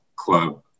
Club